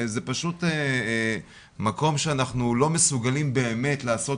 זה פשוט מקום שאנחנו לא מסוגלים באמת לעשות